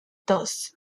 dos